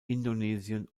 indonesien